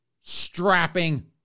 strapping